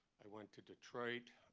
i went to detroit